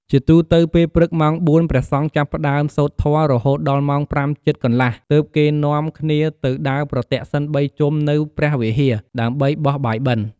ជាទូទៅ ពេលព្រឹកម៉ោង៤ ព្រះសង្ឃចាប់ផ្តើមសូត្រធម៌ រហូតដល់ម៉ោង៥ជិតកន្លះ ទើបគេនាំ គ្នាទៅដើរប្រទក្សិណ ៣ ជុំនៅព្រះវិហារ ដើម្បីបោះបាយបិណ្ឌ។